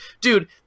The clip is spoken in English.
Dude